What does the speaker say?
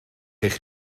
eich